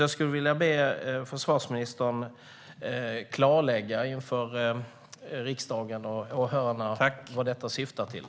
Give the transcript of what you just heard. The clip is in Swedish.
Jag skulle vilja be försvarsministern klarlägga inför riksdagen och åhörarna vad samförståndsavtalet syftar till.